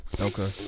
Okay